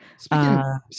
Speaking